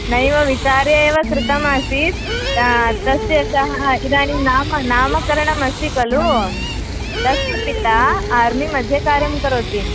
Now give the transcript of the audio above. नैव विचार्य एव कृतमासीत् तस्य सः इदानीं नाम नामकरणमस्ति खलु तस्य पिता आर्मिमध्ये कार्यं करोति